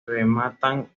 rematan